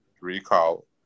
recall